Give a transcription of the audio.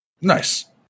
Nice